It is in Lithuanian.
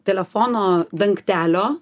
telefono dangtelio